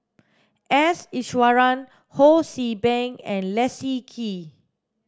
S Iswaran Ho See Beng and Leslie Kee